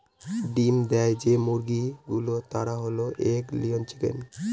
ডিম দেয় যে মুরগি গুলো তারা হল এগ লেয়িং চিকেন